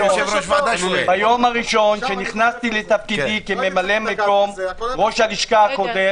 ביום הראשון שנכנסתי לתפקידי כממלא מקום ראש הלשכה הקודם